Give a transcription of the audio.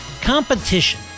Competition